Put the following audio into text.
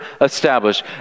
established